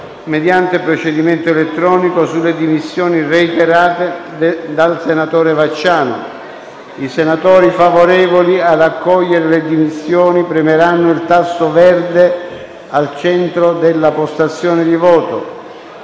mediante procedimento elettronico sulle dimissioni reiterate dal senatore Vacciano. I senatori favorevoli ad accogliere le dimissioni premeranno il tasto verde al centro della postazione di voto;